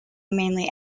mainly